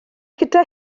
gyda